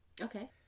Okay